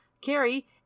Carrie